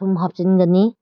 ꯊꯨꯝ ꯍꯥꯞꯆꯤꯟꯒꯅꯤ